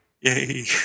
yay